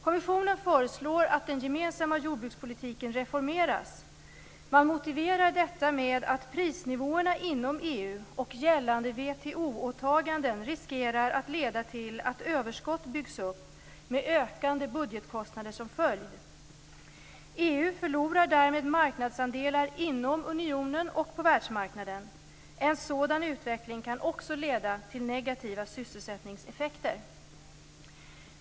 Kommissionen föreslår att den gemensamma jordbrukspolitiken reformeras. Man motiverar detta med att prisnivåerna inom EU och gällande WTO åtaganden riskerar att leda till att överskott byggs upp, med ökande budgetkostnader som följd. EU förlorar därmed marknadsandelar inom unionen och på världsmarknaden. En sådan utveckling kan också leda till negativa sysselsättningseffekter.